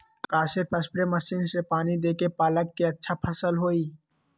का सिर्फ spray machine से पानी देके पालक के अच्छा फसल होई?